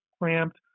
cramped